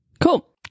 Cool